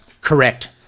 Correct